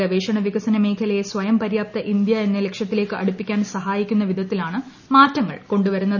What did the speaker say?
ഗവേഷണ വികസന മേഖലയെ സ്വയംപ്പര്യാപ്ത ഇന്ത്യ എന്ന ലക്ഷ്യത്തിലേക്ക് അടുപ്പിക്കാൻ സഹായ്ടിക്കുന്ന് വിധത്തിലാണ് മാറ്റങ്ങൾ കൊണ്ട് വരുന്നത്